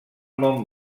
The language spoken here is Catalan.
mont